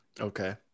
Okay